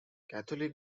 catholic